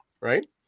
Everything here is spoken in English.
right